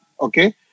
okay